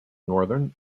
northern